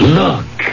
look